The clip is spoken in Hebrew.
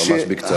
ממש בקצרה,